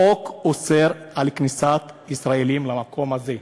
החוק אוסר כניסת ישראלים למקום הזה.